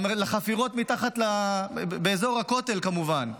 לחפירות באזור הכותל, כמובן,